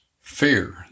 Fear